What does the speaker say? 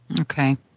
Okay